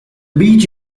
beach